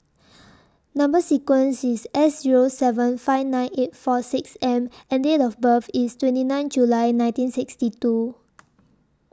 Number sequence IS S Zero seven five nine eight four six M and Date of birth IS twenty nine July nineteen sixty two